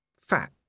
Fat